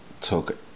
took